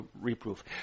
reproof